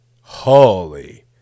holy